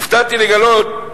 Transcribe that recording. הופתעתי לגלות,